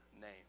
name